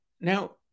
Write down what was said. Now